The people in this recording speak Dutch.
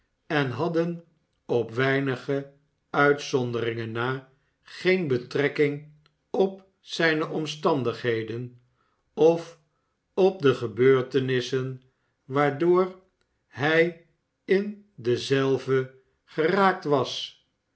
en hadden op weinige uitzonderingen na geene betrekking op zijne omstandigheden of op de gebeurtenissen waardoor hij in dezelve geraakt was